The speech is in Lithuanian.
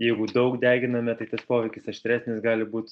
jeigu daug deginame tai tas poveikis aštresnis gali būt